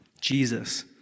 Jesus